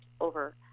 over